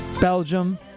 Belgium